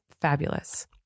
fabulous